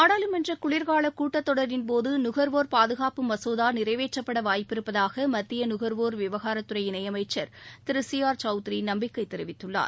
நாடாளுமன்ற குளிர்கால கூட்டத்தொடரின்போது நுகர்வோர் பாதுகாப்பு மசோதா நிறைவேற்றப்பட வாய்ப்பிருப்பதாக மத்திய நுகர்வோர் விவகாரத்துறை இணையளமச்சர் திரு சி ஆர் சவுத்ரி நம்பிக்கை தெரிவித்துள்ளார்